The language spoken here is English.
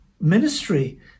ministry